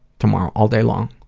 tomorrow, all day long.